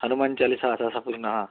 हनुमान चालीसा वाचायची पूर्ण हा